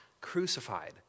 crucified